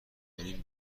کنیم